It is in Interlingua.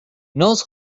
nos